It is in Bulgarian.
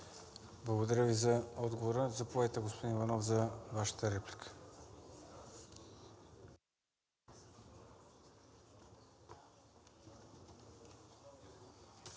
Благодаря Ви за отговора. Заповядайте, господин Иванов, за Вашата реплика.